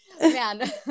man